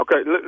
Okay